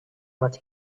what